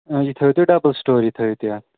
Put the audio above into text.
آ یہِ تھٲیُو تُہۍ ڈَبٕل سِٹوری تھٲیِو تُہۍ اَتھ